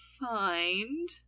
find